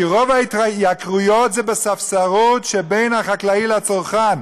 כי רוב ההתייקרויות זה בספסרות שבין החקלאי לצרכן.